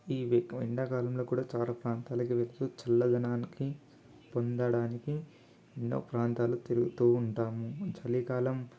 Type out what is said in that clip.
ఇవి ఎండాకాలంలో కూడా చాలా ప్రాంతాలకి వెళ్తూ చల్లదనాన్ని పొందడానికి ఎన్నో ప్రాంతాలు తిరుగుతూ ఉంటాము చలికాలం